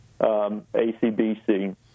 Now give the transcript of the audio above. ACBC